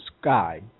sky